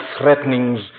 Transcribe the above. threatenings